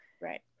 right